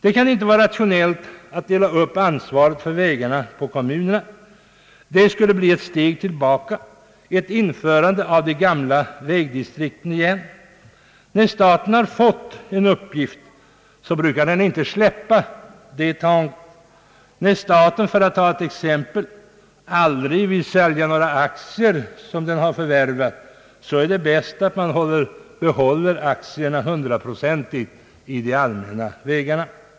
Det kan inte vara rationellt att dela upp ansvaret för vägarna på kommunerna. Det skulle vara ett steg tillbaka, ett införande av de gamla vägdistrikten. När staten har fått en uppgift brukar den inte släppa taget om den. När staten, för att ta ett exempel, aldrig vill sälja några aktier som den har förvärvat, så är det också bäst att hundraprocentigt behålla aktierna i de allmänna vägarna.